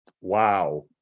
Wow